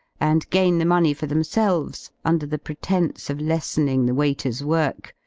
and gain the money for themselves under the pretence of lessening the waiters' work,